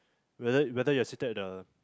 whether whether you are seated at the